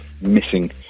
missing